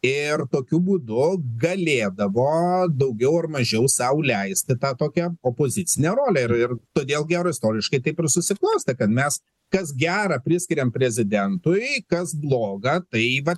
ir tokiu būdu galėdavo daugiau ar mažiau sau leisti tą tokią opozicinę rolę ir ir todėl gero istoriškai taip susiklostė kad mes kas gera priskiriam prezidentui kas bloga tai vat